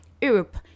Europe